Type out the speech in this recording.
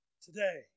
today